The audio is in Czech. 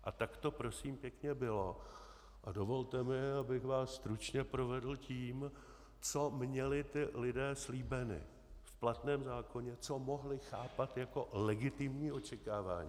A tak to prosím pěkně bylo a dovolte mi, abych vás stručně provedl tím, co měli ti lidé slíbeno v platném zákoně, co mohli chápat jako legitimní očekávání.